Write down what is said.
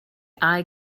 eye